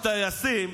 הטייסים,